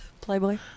Playboy